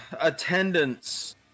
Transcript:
attendance